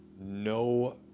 no